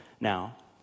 now